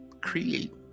create